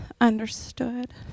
understood